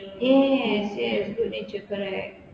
yes yes good nature correct